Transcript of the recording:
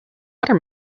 water